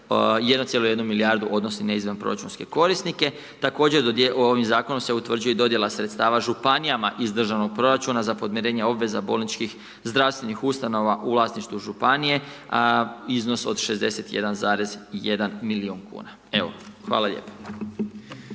1,1 milijardu odnosi na izvanproračunske korisnike. Također ovim Zakonom se utvrđuje i dodjela sredstava županijama iz državnog proračuna za podmirenje obveza bolničkih zdravstvenih ustanova u vlasništvu županije iznos od 61,1 milijun kuna. Evo, hvala lijepo.